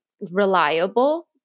reliable